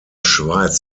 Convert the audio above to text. schweiz